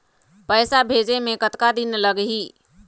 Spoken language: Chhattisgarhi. पैसा भेजे मे कतका दिन लगही?